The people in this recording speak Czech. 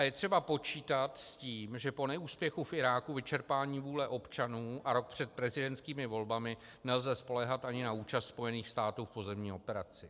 Je třeba počítat s tím, že po neúspěchu v Iráku, vyčerpání vůle občanů a rok před prezidentskými volbami nelze spoléhat ani na účast Spojených států v pozemní operaci.